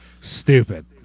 Stupid